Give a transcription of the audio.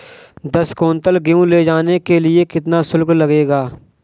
दस कुंटल गेहूँ ले जाने के लिए कितना शुल्क लगेगा?